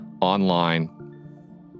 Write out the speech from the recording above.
online